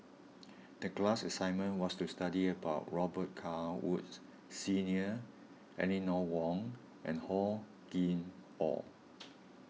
the class assignment was to study about Robet Carr Woods Senior Eleanor Wong and Hor Chim or